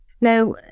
Now